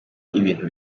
ibintu